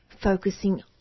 focusing